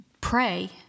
pray